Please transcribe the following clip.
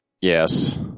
Yes